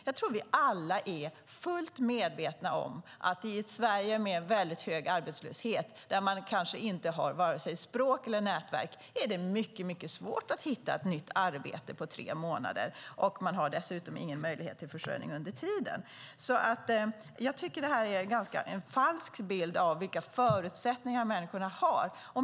Jag tror att vi alla är fullt medvetna om att det i ett Sverige med en mycket hög arbetslöshet, där man kanske inte kan språket eller har något nätverk, är mycket svårt att hitta ett nytt arbete på tre månader. Dessutom har dessa personer ingen möjlighet till försörjning under tiden. Jag tycker därför att detta är en falsk bild av vilka förutsättningar som människor har.